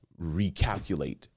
recalculate